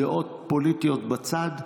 דעות פוליטיות בצד.